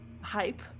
hype